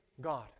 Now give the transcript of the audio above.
God